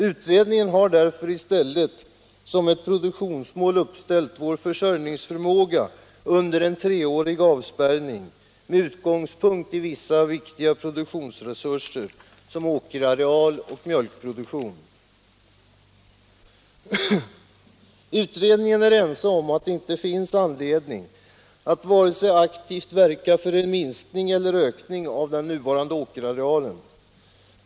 Utredningen har därför i stället som ett produktionsmål uppställt vår försörjningsförmåga under en treårig avspärrning med utgångspunkt i vissa viktiga produktionsresurser, såsom åkerareal och mjölkproduktion. Utredningen är ense om att det inte finns anledning att aktivt verka för vare sig en minskning eller en ökning av den nuvarande åkerarealen.